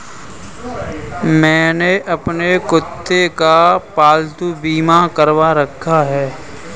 मैंने अपने कुत्ते का पालतू बीमा करवा रखा है